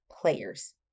players